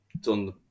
done